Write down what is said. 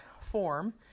form